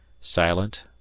Silent